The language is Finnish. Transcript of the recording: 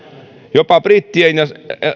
jopa brittien ja